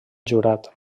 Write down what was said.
jurat